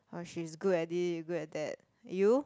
oh she's good at it good at that you